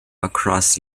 across